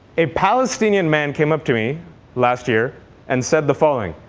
a palestinian man came up to me last year and said the following.